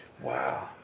Wow